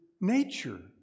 nature